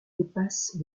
dépasse